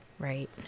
Right